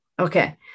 Okay